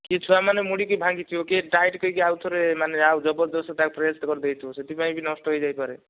କିଏ ଛୁଆମାନେ ମୋଡିକି ଭାଂଗିଥିବ କିଏ ଟାଇଟ ଦେଇକି ଆଉଥରେ ମାନେ ଆଉ ଜବରଦସ୍ତ ଆଉ ପ୍ରେସ କରିଦେଇଥିବ ସେଥିପାଇଁ ବି ନଷ୍ଟ ହୋଇଯାଇପାରେ